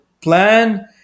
plan